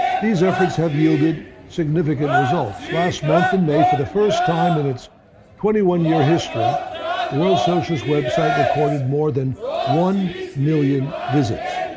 these efforts have yielded significant results. last month in may for the first time in its twenty one year history the world socialist web site recorded more than one million visits.